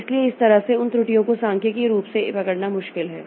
इसलिए इस तरह से उन त्रुटियों को सांख्यिकीय रूप से पकड़ना मुश्किल है